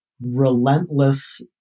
relentless